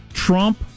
Trump